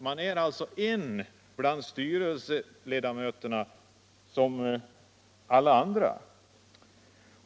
Man är alltså en bland styrelseledamöterna och som alla andra.